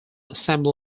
assembly